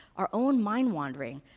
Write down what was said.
our own mind wandering,